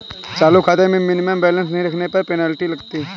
चालू खाते में मिनिमम बैलेंस नहीं रखने पर पेनल्टी लगती है